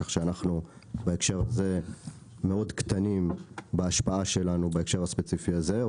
כך שאנחנו בהקשר הזה מאוד קטנים בהשפעה שלנו בהקשר הספציפי הזה.